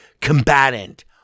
combatant